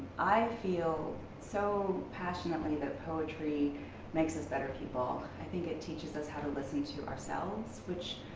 i feel so passionately that poetry makes us better people. i think it teaches us how to listen to ourselves. which,